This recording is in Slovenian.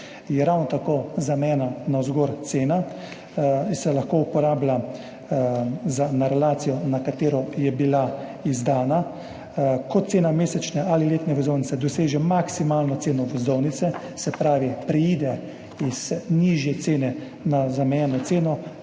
je ravno tako cena zamejena navzgor. Lahko se uporablja na relaciji, za katero je bila izdana, ko cena mesečne ali letne vozovnice doseže maksimalno ceno vozovnice, se pravi, preide z nižje cene na zamejeno ceno,